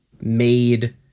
made